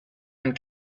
and